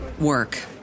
work